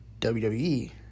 WWE